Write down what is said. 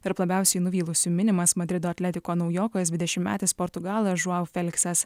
tarp labiausiai nuvylusių minimas madrido atletico naujokas dvidešimtmetis portugalas žuav feliksas